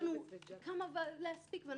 יש לנו עוד כמה דברים להספיק.